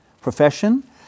profession